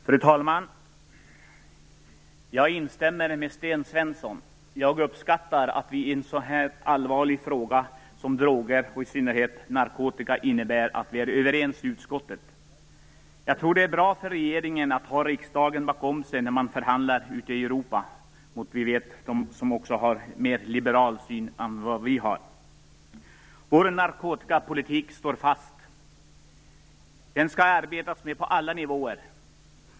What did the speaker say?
Fru talman! Jag instämmer med Sten Svensson. Jag uppskattar att vi i en så allvarlig fråga som den om droger och i synnerhet narkotika är överens i utskottet. Jag tror att det är bra för regeringen att ha riksdagen bakom sig när man förhandlar ute i Europa mot dem som vi vet har en mer liberal syn än vi på detta. Vår narkotikapolitik står fast. Den skall man arbeta med på alla nivåer.